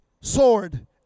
sword